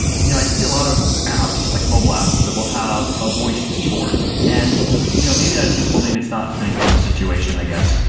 you know i see a lot of apps, like mobile apps that will have a voice keyboard and you know maybe that's useful, maybe it's not depending upon the situation, i guess.